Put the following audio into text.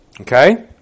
Okay